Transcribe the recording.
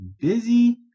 busy